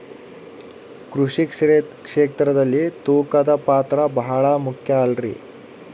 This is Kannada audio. ಕೃಷಿ ಕ್ಷೇತ್ರದಲ್ಲಿ ತೂಕದ ಪಾತ್ರ ಬಹಳ ಮುಖ್ಯ ಅಲ್ರಿ?